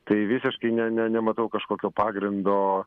tai visiškai ne ne nematau kažkokio pagrindo